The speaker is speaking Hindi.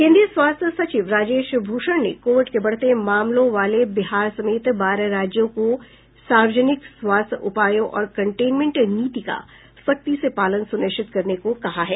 केन्द्रीय स्वास्थ्य सचिव राजेश भूषण ने कोविड के बढ़ते मामलों वाले बिहार समेत बारह राज्यों को सार्वजनिक स्वास्थ्य उपायों और कटेंनमेंट नीति का सख्ती से पालन सुनिश्चित करने को कहा है